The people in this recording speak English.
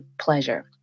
pleasure